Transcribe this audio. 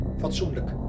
fatsoenlijk